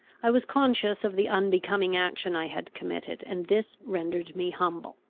i was conscious of the unbecoming action i had committed, and this rendered me humble.